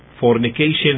fornication